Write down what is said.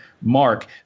mark